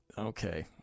Okay